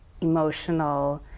emotional